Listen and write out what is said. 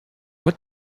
what